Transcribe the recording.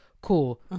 Cool